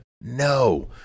No